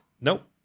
Nope